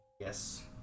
Yes